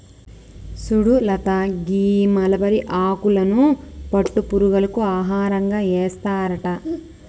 సుడు లత గీ మలబరి ఆకులను పట్టు పురుగులకు ఆహారంగా ఏస్తారట